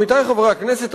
עמיתי חברי הכנסת,